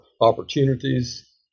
opportunities